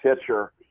pitcher